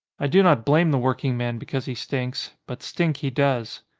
i do not blame the working man because he stinks, but stink he does.